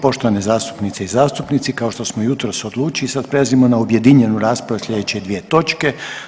Poštovane zastupnice i zastupnici kao što smo jutros odlučili sad prelazimo na objedinjenu raspravu sljedeće dvije točke.